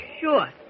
sure